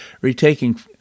retaking